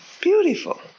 Beautiful